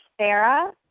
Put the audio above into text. Sarah